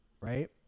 right